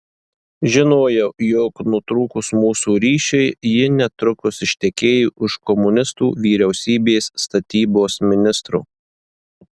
žinojau jog nutrūkus mūsų ryšiui ji netrukus ištekėjo už komunistų vyriausybės statybos ministro